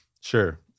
Sure